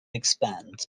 expand